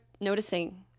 noticing